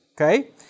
okay